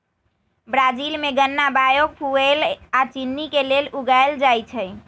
Brazil में गन्ना biofuel आ चिन्नी के लेल उगाएल जाई छई